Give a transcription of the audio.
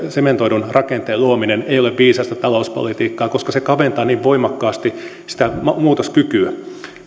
sementoidun rakenteen luominen ei ole viisasta talouspolitiikkaa koska se kaventaa niin voimakkaasti sitä muutoskykyä